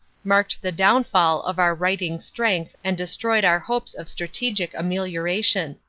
marked the downfall of our fighting strength and destroyed. our hopes of strategic amelioration.